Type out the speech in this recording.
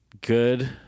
good